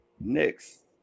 next